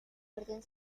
orden